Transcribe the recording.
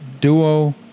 Duo